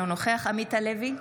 אינו נוכח עמית הלוי,